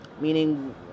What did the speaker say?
Meaning